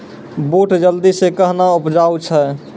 बूट जल्दी से कहना उपजाऊ छ?